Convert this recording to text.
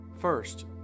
First